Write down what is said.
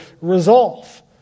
resolve